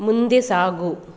ಮುಂದೆ ಸಾಗು